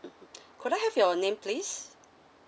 could I have your name please